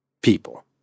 people